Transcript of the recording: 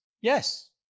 Yes